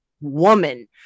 woman